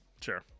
Sure